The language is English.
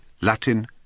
Latin